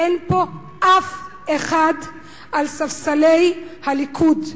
אין פה אף אחד על ספסלי הליכוד.